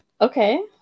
Okay